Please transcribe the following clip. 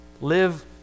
Live